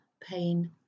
Pain